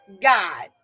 god